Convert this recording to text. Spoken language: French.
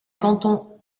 canton